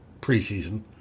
preseason